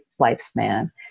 lifespan